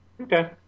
Okay